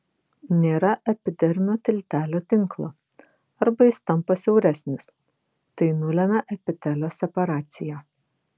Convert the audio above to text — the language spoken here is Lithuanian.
nėra epidermio tiltelio tinklo arba jis tampa siauresnis tai nulemia epitelio separaciją